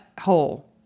hole